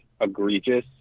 egregious